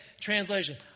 translation